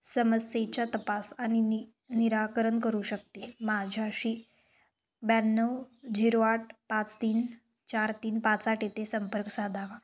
समस्येच्या तपास आणि नि निराकरण करू शकते माझ्याशी ब्याण्णव झिरो आठ पाच तीन चार तीन पाच आठ येथे संपर्क साधावा